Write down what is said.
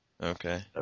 Okay